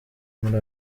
muri